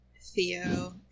Theo